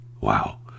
Wow